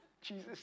Jesus